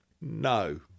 no